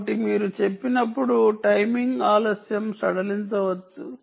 కాబట్టి మీరు చెప్పినప్పుడు టైమింగ్ ఆలస్యం సడలించవచ్చు